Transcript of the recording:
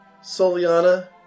Soliana